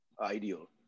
ideal